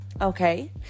Okay